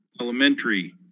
Elementary